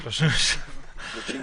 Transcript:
לפני